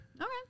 Okay